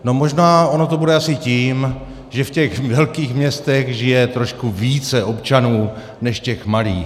No možná ono to bude asi tím, že v těch velkých městech žije trošku více občanů než v těch malých.